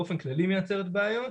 באופן כללי מייצרת בעיות.